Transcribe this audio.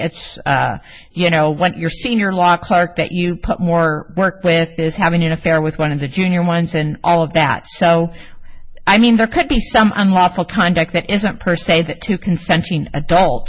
it's you know what your senior law clerk that you put more work with is having an affair with one of the junior ones and all of that so i mean there could be some unlawful conduct that isn't per se that two consenting adults